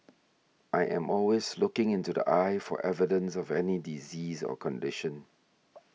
I am always looking into the eye for evidence of any disease or condition